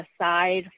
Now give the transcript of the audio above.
aside